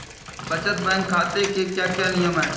बचत बैंक खाते के क्या क्या नियम हैं?